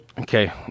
okay